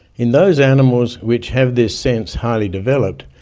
in those animals which have this sense highly developed,